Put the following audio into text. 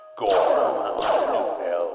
gore